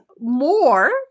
more